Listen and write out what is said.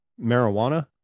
marijuana